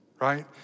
right